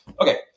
okay